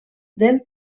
del